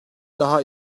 daha